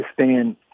understand